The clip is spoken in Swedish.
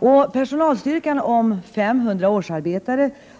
Denna personalstyrka